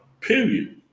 period